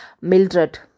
Mildred